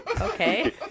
Okay